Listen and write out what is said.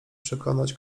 przekonać